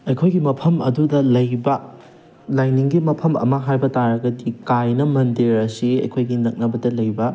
ꯑꯩꯈꯣꯏꯒꯤ ꯃꯐꯝ ꯑꯗꯨꯗ ꯂꯩꯔꯤꯕ ꯂꯥꯏꯅꯤꯡꯒꯤ ꯃꯐꯝ ꯑꯃ ꯍꯥꯏꯕ ꯇꯥꯔꯒꯗꯤ ꯀꯥꯏꯅ ꯃꯟꯗꯤꯔ ꯑꯁꯤ ꯑꯩꯈꯣꯏꯒꯤ ꯅꯛꯅꯕꯗ ꯂꯩꯕ